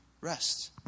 rest